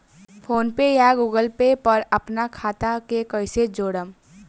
PhonePe या Google Pay पर अपना खाता के कईसे जोड़म?